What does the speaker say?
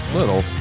little